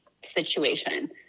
situation